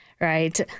right